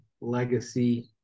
legacy